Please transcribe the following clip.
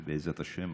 בעזרת השם,